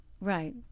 Right